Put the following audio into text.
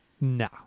no